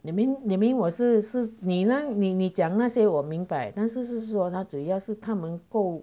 that mean that mean 我是是你呢你讲那些我明白但就是说他主要是他们够